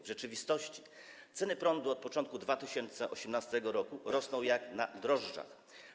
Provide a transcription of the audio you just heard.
W rzeczywistości ceny prądu od początku 2018 r. rosną jak na drożdżach.